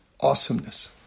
awesomeness